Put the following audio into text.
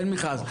אין מכרז.